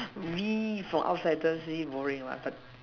V for outsiders maybe boring what